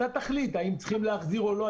אתה תחליט האם צריך להחזיר או לא.